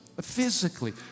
physically